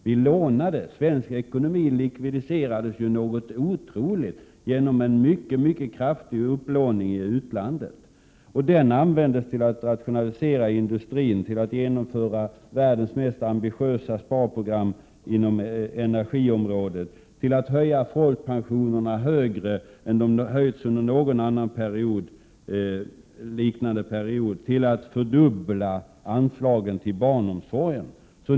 Vi lånade. Svensk ekonomi likvidiserades enormt genom en mycket kraftig upplåning i utlandet. Denna används till att rationalisera industrin, genomföra världens mest ambitiösa sparprogram inom energiområdet, höja folkpensionerna mer än under någon liknande period, fördubbla anslagen till barnomsorgen.